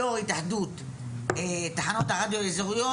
יו"ר התאחדות תחנות הרדיו האזוריות,